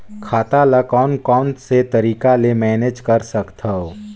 खाता ल कौन कौन से तरीका ले मैनेज कर सकथव?